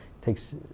takes